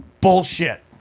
bullshit